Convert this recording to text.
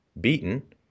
beaten